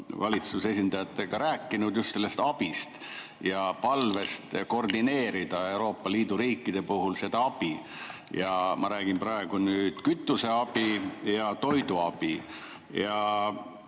valitsuse esindajatega rääkinud just sellest abist ja palvest koordineerida Euroopa Liidu riikide abi. Ma räägin praegu kütuseabist ja toiduabist.